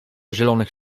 zielonych